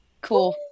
Cool